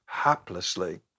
haplessly